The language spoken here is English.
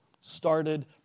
started